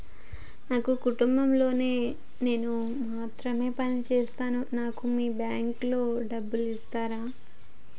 నా కుటుంబం లో నేను మాత్రమే పని చేస్తాను నాకు మీ బ్యాంకు లో డబ్బులు ఇస్తరా?